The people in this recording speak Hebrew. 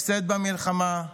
הפסד במלחמה,